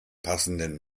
passenden